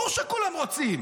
ברור שכולם רוצים,